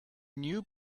new